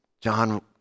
John